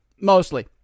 mostly